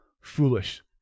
foolish